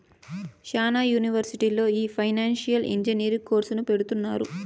శ్యానా యూనివర్సిటీల్లో ఈ ఫైనాన్సియల్ ఇంజనీరింగ్ కోర్సును పెడుతున్నారు